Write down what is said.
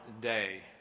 day